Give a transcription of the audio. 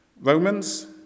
Romans